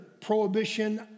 prohibition